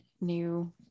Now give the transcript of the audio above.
new